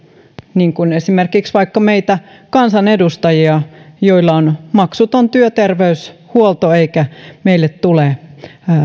niin kuin esimerkiksi meitä kansanedustajia joilla on maksuton työterveyshuolto eikä tule